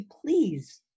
please